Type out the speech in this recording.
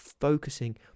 focusing